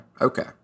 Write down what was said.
okay